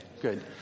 good